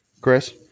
Chris